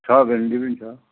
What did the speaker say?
छ भेन्डी पनि छ